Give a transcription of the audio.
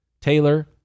Taylor